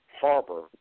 harbor